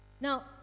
Now